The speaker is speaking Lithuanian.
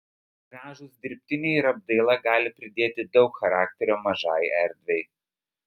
gražūs dirbtiniai ir apdaila gali pridėti daug charakterio mažai erdvei